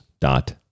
dot